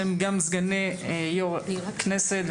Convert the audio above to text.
שהם גם סגני יו"ר הכנסת,